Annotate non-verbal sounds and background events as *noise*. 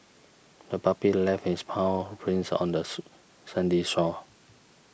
the puppy left its paw prints on the *noise* sandy shore